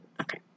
Okay